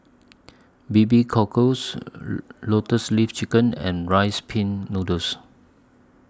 B B Cockles Lotus Leaf Chicken and Rice Pin Noodles